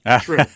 true